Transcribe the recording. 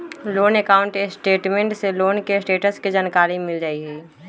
loan account statement से loan के status के जानकारी मिल जाइ हइ